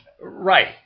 Right